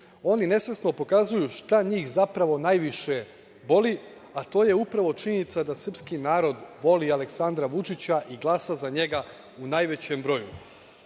oni nesvesno pokazuju šta njih zapravo najviše boli, a to je upravo činjenica da srpski narod voli Aleksandra Vučića i glasa za njega u najvećem broju. Mogu